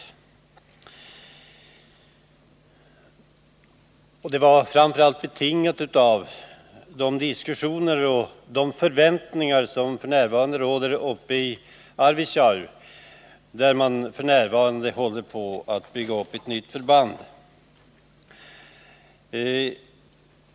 Motionen är framför allt föranledd av de diskussioner som förekommer och de förväntningar som råder uppe i Arvidsjaur, där man fortfarande håller på att bygga upp ett nytt fredsförband.